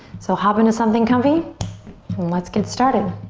so hop into something comfy, and let's get started.